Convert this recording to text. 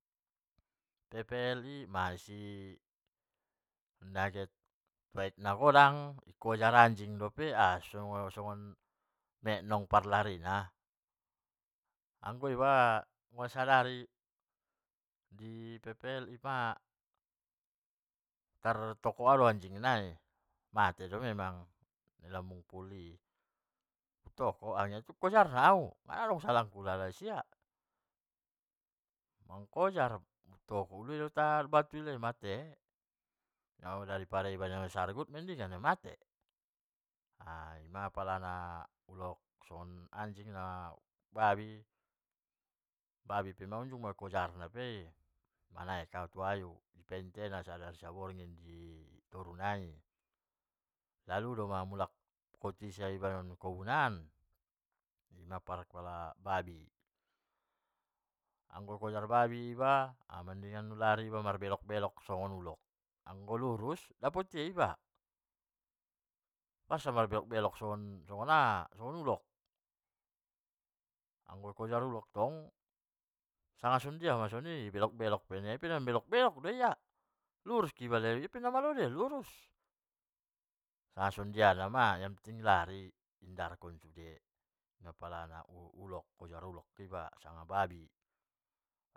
Ppl i masi. nagiot baiat nagodang. dikojar anjing dope. aso songon metnong parlarina. anggoiba anggo sadari di ppl i ma. tar toko au do anjing nai. mate do memang di lambung pol i. u took harani tong di kojar na au. nadong salah ku ulala isia. mangkojar ia. u toko ulunai marbatu i, mate, dari pada aiba naona sarbut mending ia mate, inma pala ulok anjing sanga babi, babi na pe na unjung do au ma kojar na pe i, manaik au tu hayu i pentena sadari saborngin di toru nai, lalu mulak kotu i iba san kobun an, ima pala parak pala babi, anggo di kojar babi iba aman doi mar belok belok songon ulok, anggo lurus dapot ia iba, marsa mar belok-belok songon aha songon ulok, anggo di kojar ulok tong, sanga songon dia ma soni, belok-belok penianon ia pe belok-belok do ia, lurus pe iba ia pe namalo do ia lurus, sanga songon dia na ma, naponting lari, hindarkon sude in ma pala ulok, kojar ulok iba, sanga babi.